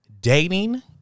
dating